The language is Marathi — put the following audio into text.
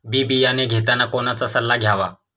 बी बियाणे घेताना कोणाचा सल्ला घ्यावा?